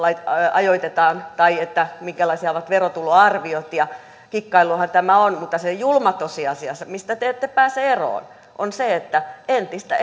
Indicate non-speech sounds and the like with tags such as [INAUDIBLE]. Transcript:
ajoitetaan tai minkälaisia ovat verotuloarviot ja kikkailuahan tämä on mutta se julma tosiasia mistä te ette pääse eroon on se että entistä [UNINTELLIGIBLE]